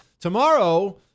tomorrow